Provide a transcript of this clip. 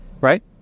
Right